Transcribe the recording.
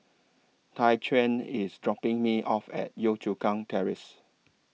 Tyquan IS dropping Me off At Yio Chu Kang Terrace